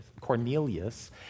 Cornelius